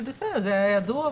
זה בסדר, זה היה ידוע.